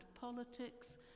politics